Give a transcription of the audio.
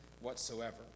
whatsoever